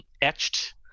etched